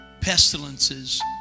pestilences